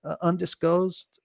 undisclosed